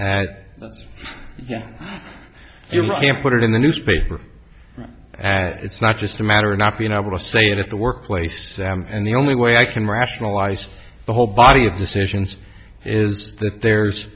can put it in the newspaper and it's not just a matter of not being able to say it at the workplace and the only way i can rationalize the whole body of decisions is that there's